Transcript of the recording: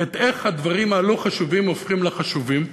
את איך שהדברים הלא-חשובים הופכים לחשובים.